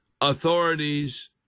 authorities